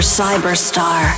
cyberstar